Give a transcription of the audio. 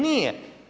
Nije.